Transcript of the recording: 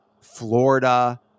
Florida